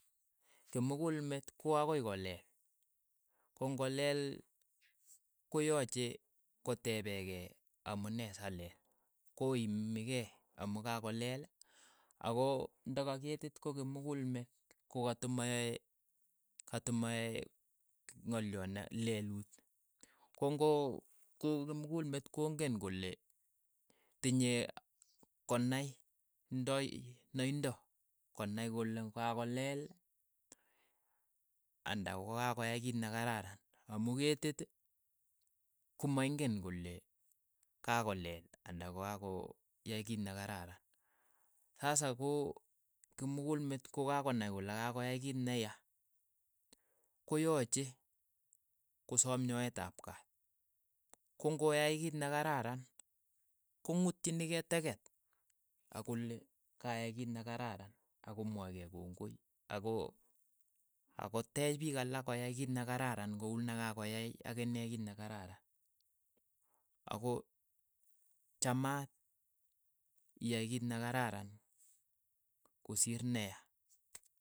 Kimukulmet ko akoi ko leel, ko ng'olel koyache kotepee kei amune sa leel, koimi kei amu kakoleeel ako nda ka ketit ko kimukulmet ko kat imayae ka timayae ng'olyo ne leluut, ko ng'o ko kimukulmet kong'en kole tinye konai. ndoi naindo konai kole ka kolel anda kakoyai kiit ne karara, amu ketiit, ko maing'en kole ka kolel anda ko ka koyai kiit ne kararan, sasa ko kimukulmet ko kakonai kole kakoyai kiit ne ya. koyache kosoom nyoeet ap kaat, kong'oyai kiit ne kararan kong'utchini kei teket akole kayai kiit nekararan, ako mwaach kei kongoi ako- ako teech piik alak ko yai kiit ne kararan ko u ne kakoyai akine kiit ne kararan, ako chamaat iyai kiit ne kararan kosiir ne ya.